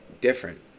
different